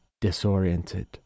disoriented